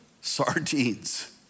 sardines